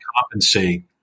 compensate